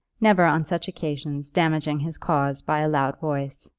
never on such occasions damaging his cause by a loud voice.